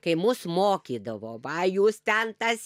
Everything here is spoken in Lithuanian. kai mus mokydavo va jūs ten tas